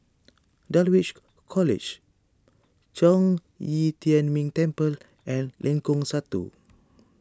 Dulwich College Zhong Yi Tian Ming Temple and Lengkong Satu